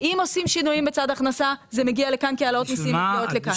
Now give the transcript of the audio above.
אם עושים שינויים בצד ההכנסה זה מגיע לכאן כי העלאות מסים מגיעות לכאן.